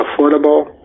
affordable